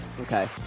Okay